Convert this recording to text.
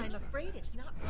afraid it's not